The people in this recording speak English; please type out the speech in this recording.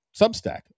Substack